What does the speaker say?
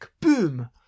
boom